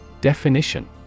Definition